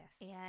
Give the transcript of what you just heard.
Yes